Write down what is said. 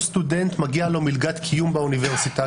סטודנט מגיעה לו מלגת קיום באוניברסיטה,